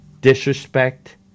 Disrespect